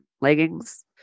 leggings